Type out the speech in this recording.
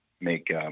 make